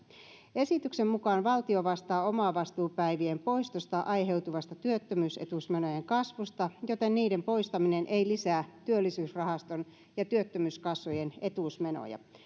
esityksen mukaan valtio vastaa omavastuupäivien poistosta aiheutuvasta työttömyysetuusmenojen kasvusta joten niiden poistaminen ei lisää työllisyysrahaston ja työttömyyskassojen etuusmenoja